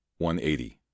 180